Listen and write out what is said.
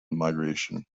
migration